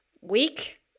week